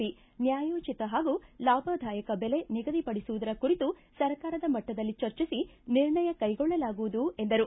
P ನ್ಯಾಯೋಚಿತ ಹಾಗೂ ಲಾಭದಾಯಕ ಬೆಲೆ ನಿಗದಿಪಡಿಸುವುದರ ಕುರಿತು ಸರ್ಕಾರದ ಮಟ್ಟದಲ್ಲಿ ಚರ್ಚಿಸಿ ನಿರ್ಣಯ ಕೈಗೊಳ್ಳಲಾಗುವುದು ಎಂದರು